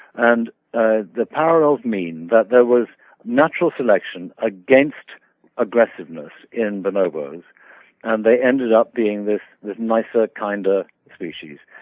and ah the parallels mean that there was natural selection against aggressiveness in bonobos and they ended up being this nicer, kinder species.